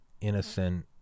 innocent